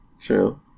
True